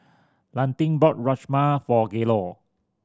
Landin bought Rajma for Gaylord